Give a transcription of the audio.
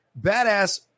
badass